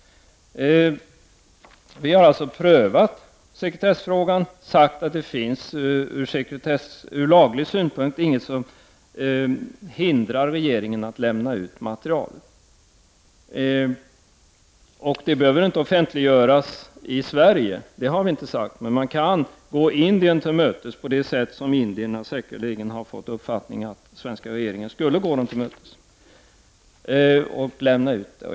Vi har alltså prövat sekretessfrågan och sagt att det ur laglig synpunkt inte finns någonting som hindrar regeringen från att lämna ut material. Vi har inte sagt att det materialet behöver offentliggöras i Sverige. Men man kan gå Indien till mötes på det sätt som indierna säkerligen har väntat sig av den svenska regeringen — och lämna ut detta material.